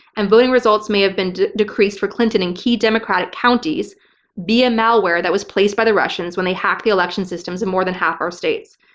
and voting results may have been decreased for clinton in key democratic counties via malware that was placed by the russians when they hacked the election systems and more than half our states.